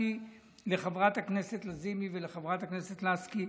לחברת הכנסת לזימי ולחברת הכנסת לסקי